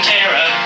Tara